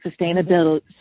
sustainability